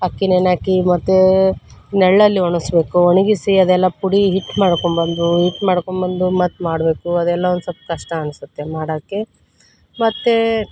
ಅಕ್ಕಿ ನೆನೆ ಹಾಕಿ ಮತ್ತು ನೆರಳಲ್ಲಿ ಒಣಗ್ಸ್ಬೇಕು ಒಣಗಿಸಿ ಅದೆಲ್ಲ ಪುಡಿ ಹಿಟ್ಟು ಮಾಡ್ಕೊಂಡ್ಬಂದು ಹಿಟ್ ಮಾಡ್ಕೊಂಡ್ಬಂದು ಮತ್ತು ಮಾಡಬೇಕು ಅದೆಲ್ಲ ಒಂದು ಸ್ವಲ್ಪ ಕಷ್ಟ ಅನಿಸುತ್ತೆ ಮಾಡೋಕ್ಕೆ ಮತ್ತು